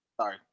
Sorry